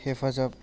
हेफाजाब